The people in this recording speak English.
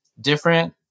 different